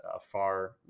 far